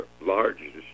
largest